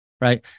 right